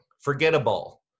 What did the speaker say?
forgettable